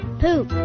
poop